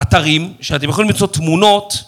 אתרים שאתם יכולים למצוא תמונות